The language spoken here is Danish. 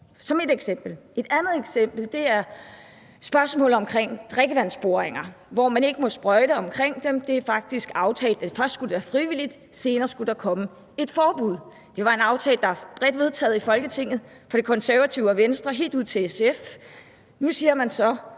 er ét eksempel. Et andet eksempel er spørgsmålet om drikkevandsboringer, og at man ikke må sprøjte omkring dem. Det er faktisk aftalt. Først skulle det være frivilligt, senere skulle der komme et forbud. Det er en aftale, der er bredt vedtaget i Folketinget fra De Konservative og Venstre helt ud til SF. Men nu siger man så,